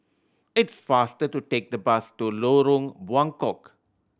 it's faster to take the bus to Lorong Buangkok